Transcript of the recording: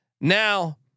Now